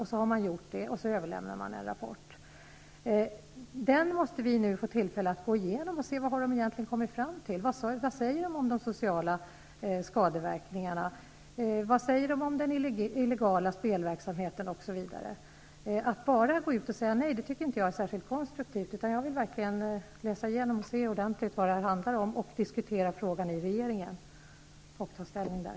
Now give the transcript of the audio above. Man har sedan tittat på frågan och överlämnat en rapport. Vi måste nu få tillfälle att gå igenom rapporten och se vad utredningen egentligen har kommit fram till, vad man säger om de sociala skadeverkningarna, vad man säger om den illegala spelverksamheten, osv. Jag tycker inte att det är särskilt konstruktivt att bara gå ut och säga nej, utan jag vill verkligen läsa igenom utredningens rapport ordentligt för att se vad det handlar om och sedan diskutera frågan i regeringen och ta ställning där.